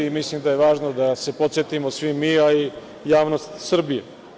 Mislim da je važno da se podsetimo svi mi, a i javnost Srbije.